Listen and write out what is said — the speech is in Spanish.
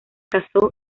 casó